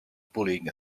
pulling